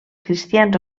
cristians